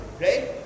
Right